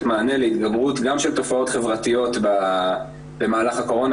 מענה להתגברות גם של תופעות חברתיות במהלך הקורונה,